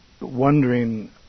wondering